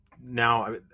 now